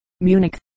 Munich